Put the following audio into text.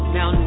Now